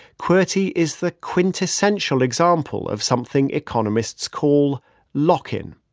qwerty is the quintessential example of something economists call lock-in.